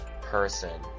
person